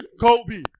Kobe